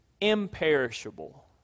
imperishable